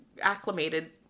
acclimated